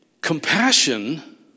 compassion